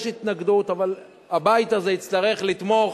יש התנגדות, אבל הבית הזה יצטרך לתמוך.